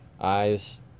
eyes